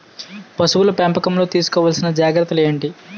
పశువుల పెంపకంలో తీసుకోవల్సిన జాగ్రత్తలు ఏంటి?